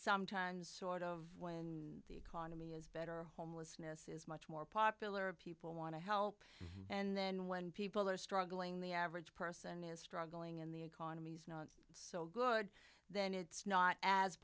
sometimes sort of when the economy is better homelessness is much more popular people want to help and then when people are struggling the average person is struggling in the economy's not so good then it's not as